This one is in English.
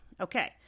Okay